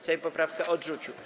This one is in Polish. Sejm poprawkę odrzucił.